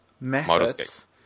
methods